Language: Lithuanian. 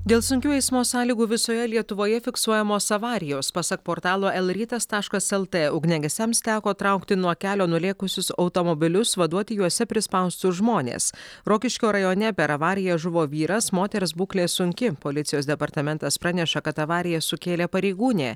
dėl sunkių eismo sąlygų visoje lietuvoje fiksuojamos avarijos pasak portalo lrytas taškas lt ugniagesiams teko traukti nuo kelio nulėkusius automobilius vaduoti juose prispaustus žmonės rokiškio rajone per avariją žuvo vyras moters būklė sunki policijos departamentas praneša kad avariją sukėlė pareigūnė